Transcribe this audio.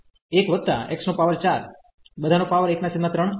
f ની ઉપર છે